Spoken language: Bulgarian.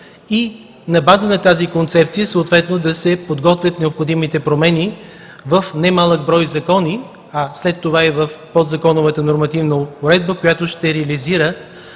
На база на тази концепция да се подготвят необходимите промени в немалък брой закони, а след това и в подзаконовата нормативна уредба, която ще реализира